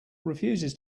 refuses